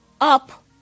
up